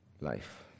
life